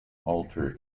alter